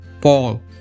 Paul